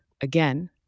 Again